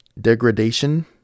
Degradation